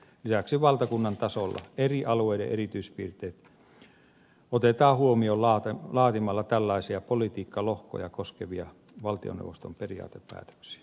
lisäksi valtakunnan tasolla eri alueiden erityispiirteet otetaan huomioon laatimalla tällaisia politiikkalohkoja koskevia valtioneuvoston periaatepäätöksiä